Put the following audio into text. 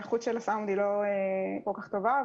האיכות של הסאונד היא לא כל כך טובה,